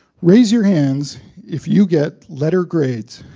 raise your hands if you get letter grades.